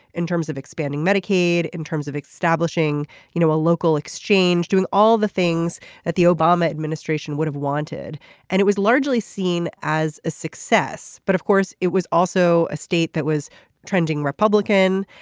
in terms of expanding medicaid in terms of establishing you know a local exchange doing all the things that the obama administration would have wanted and it was largely seen as a success. but of course it was also a state that was trending republican.